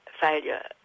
failure